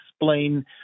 explain